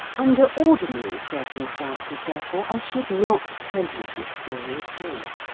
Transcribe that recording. under ordinary circumstances, therefore, i should not tell you this story at all.